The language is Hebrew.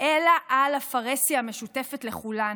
אלא על הפרהסיה המשותפת לכולנו.